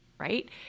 right